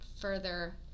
further